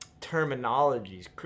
terminologies